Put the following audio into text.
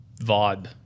vibe